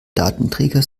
datenträger